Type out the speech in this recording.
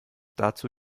dazu